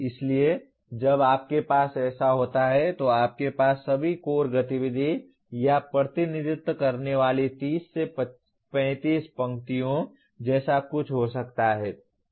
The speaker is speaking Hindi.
इसलिए जब आपके पास ऐसा होता है तो आपके पास सभी कोर गतिविधि का प्रतिनिधित्व करने वाली 30 से 35 पंक्तियों जैसा कुछ हो सकता है